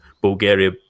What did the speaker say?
bulgaria